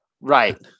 Right